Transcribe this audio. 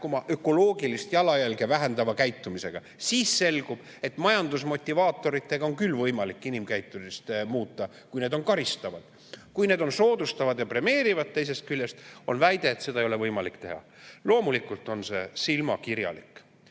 ökoloogilist jalajälge vähendava käitumisega. Selgub, et majanduse motivaatoritega on küll võimalik inimkäitumist muuta, kui need on karistavad. Kui need aga teisest küljest soodustavad ja premeerivad, siis on väide, et seda ei ole võimalik teha. Loomulikult on see silmakirjalik.